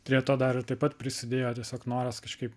prie to dar ir taip pat prisidėjo tiesiog noras kažkaip